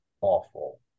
awful